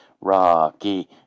Rocky